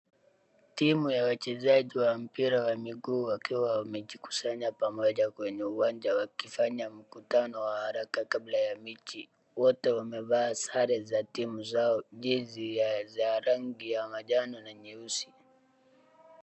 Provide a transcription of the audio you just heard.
Timu ya wachezaji wa mpira wa miguu wakiwa wamejikusanya pamoja kwenye uwanja wakifanya mkutano wa haraka kabla ya mechi. Wote wamevaa sare za timu zao, jezi za rangi ya majano na nyeusi.